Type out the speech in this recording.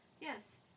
Yes